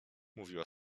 mówiła